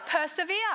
Persevere